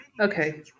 Okay